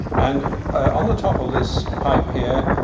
and on the top of this pipe here,